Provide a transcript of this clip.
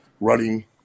running